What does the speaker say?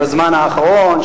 בזמן האחרון,